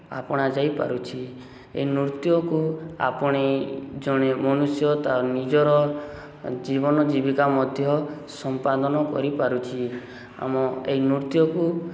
ଆପଣା ଯାଇପାରୁଛି ଏ ନୃତ୍ୟକୁ ଆପଣ ଜଣେ ମନୁଷ୍ୟ ତା ନିଜର ଜୀବନ ଜୀବିକା ମଧ୍ୟ ସମ୍ପାଦନ କରିପାରୁଛି ଆମ ଏହି ନୃତ୍ୟକୁ